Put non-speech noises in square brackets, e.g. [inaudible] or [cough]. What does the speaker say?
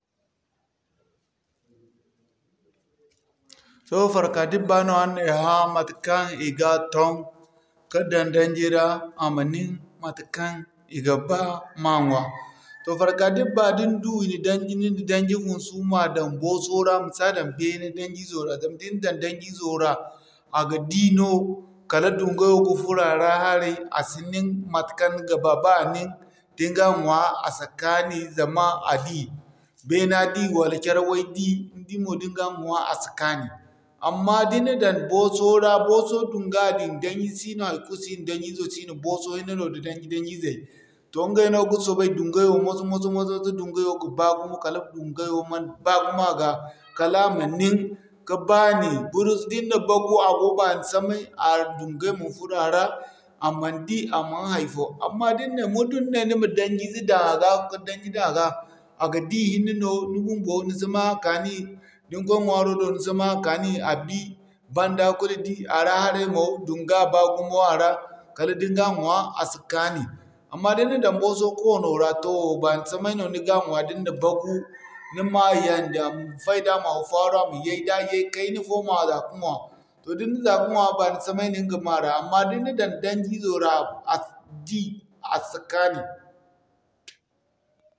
Toh farka dibba no aran na ay hã matekaŋ i ga toŋ ka dan danji ra, a ma nin matekaŋ i ga ba ma ŋwaa. Farka dibba din du i na danji ni na daŋji funsu ma daŋ booso ra ma sa daŋ beene daŋji izo ra a ga di no kala dungayo ga furo a ra haray, a si nin matekaŋ ni ga ba ba a nin da ni ga ɲwaa a si kaani, zama a di. Beena di wala carawey di, ni di mo da ni gaa ɲwaa a si kaani. Amma da ni na daŋ booso ra, booso duŋga din, daŋji siino daŋjizo siino booso hinne no da daŋji-daŋjizey. Toh ŋgay no ga dungayo moso-moso moso-moso da duŋgayo ga baa gumo kala duŋgayo ma baa gumo a ga kala a ma nin ka baani buris din na bagu a go bani samay [noise] duŋgay ma furo a ra. A man di a man hay'fo amma muddum ni ne ni ma daŋjize daŋ a ga ka daŋji daŋ a ga a ga di hinne no, ni bumbo ni si ma a kaani. Da ni kway ɲwaaro do ni si ma a kaani, a ga di banda kulu di a ra haray mo duŋga baa gumo a ra kala da ni ga ɲwaa a si kaani. Amma da ni na daŋ booso koono ra tooh bani samay no ni ga ɲwaa da ni na bagu, ni ma yandi. A ma fayda a ma haw-faaru a ma yay, da yay kayna fo ma za ka ŋwa. Da ni na za ka ŋwa baani samay no ni ga ma ra amma da ni na daŋ daŋjizo ra a si di a si kaani.